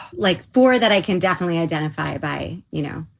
like four that i can definitely identify by. you know,